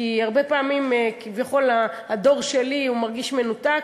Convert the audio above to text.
כי הרבה פעמים הדור שלי מרגיש מנותק.